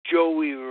Joey